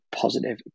positive